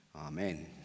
Amen